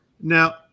now